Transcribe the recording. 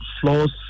flaws